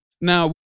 Now